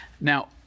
Now